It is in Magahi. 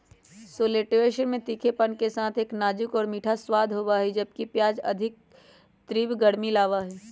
शैलोट्सवन में तीखेपन के साथ एक नाजुक और मीठा स्वाद होबा हई, जबकि प्याज अधिक तीव्र गर्मी लाबा हई